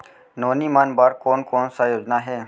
नोनी मन बर कोन कोन स योजना हे?